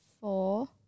four